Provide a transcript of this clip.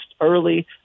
early